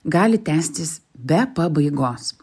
gali tęstis be pabaigos